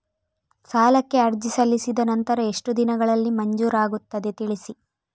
ಸಾಲಕ್ಕೆ ಅರ್ಜಿ ಸಲ್ಲಿಸಿದ ನಂತರ ಎಷ್ಟು ದಿನಗಳಲ್ಲಿ ಮಂಜೂರಾಗುತ್ತದೆ ತಿಳಿಸಿ?